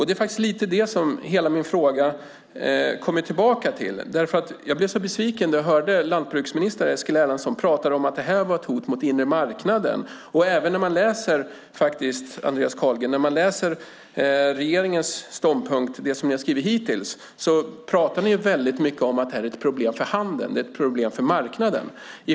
Det är faktiskt lite det som hela min fråga kommer tillbaka till. Jag blev nämligen så besviken när jag hörde landsbygdsminister Eskil Erlandsson prata om att det här var ett hot mot den inre marknaden. Även när man läser regeringens ståndpunkt, Andreas Carlgren, det vill säga det ni har skrivit hittills, så pratar ni väldigt mycket om att det här är ett problem för handeln, för marknaden.